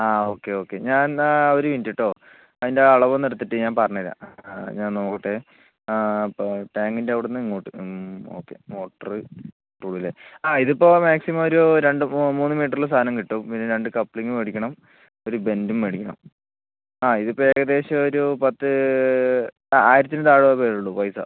ആ okay okay ഞാനെന്നാൽ ഒരു മിനിറ്റ് കേട്ടോ അതിൻ്റെ ആ അളവൊന്നെടുത്തിട്ട് ഞാൻ പറഞ്ഞു തരാം ആ ഞാൻ നോക്കട്ടെ അപ്പോൾ ടാങ്കിൻ്റെ അവിടുന്ന് ഇങ്ങോട്ട് ഓക്കെ മോട്ടർ എത്തുവല്ലേ ആ ഇതിപ്പോൾ മാക്സിമം ഒരു രണ്ട് മൂന്ന് മീറ്ററിൽ സാധനം കിട്ടും പിന്നെ രണ്ട് കപ്പ്ളിങ്ങ് മേടിക്കണം ഒരു ബെൻ്റും മേടിക്കണം ആ ഇതിപ്പോൾ ഏകദേശം ഒരു പത്ത് അയിരത്തിനു താഴെ വരികയുള്ളൂ പൈസ